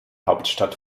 hauptstadt